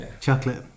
Chocolate